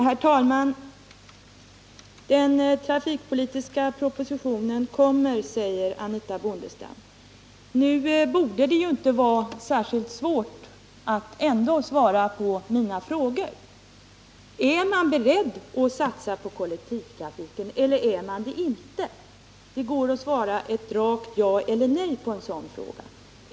Herr talman! Den trafikpolitiska propositionen kommer, säger Anitha Bondestam. Nu borde det ju inte vara särskilt svårt att ändå svara på mina frågor. Är man beredd att satsa på kollektivtrafiken eller är man det inte? Det går att svara ett rakt ja eller nej på en sådan fråga.